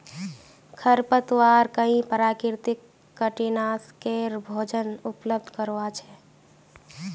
खरपतवार कई प्राकृतिक कीटनाशकेर भोजन उपलब्ध करवा छे